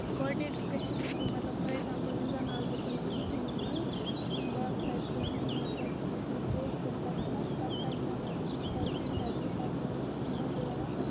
coordinator question گوٚو مطلب for example وۄنۍ زَن آسہٕ بہٕ کُنہِ کَمپٔنی منٛز بہٕ آسہٕ تَتہِ کُنہِ مطلب کُنہِ پوسٹَس پٮ۪ٹھ آسہٕ بہٕ پَتہٕ آسہِ زَن مےٚ کٲنسہِ کَرُن اِنٹرویو پَتہٕ یی مےٚ نِش کانٛہہ اِنٹرویور اکھ